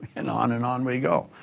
and on, and on we go.